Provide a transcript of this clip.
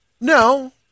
No